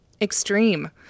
extreme